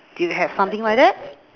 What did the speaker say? do you have something like that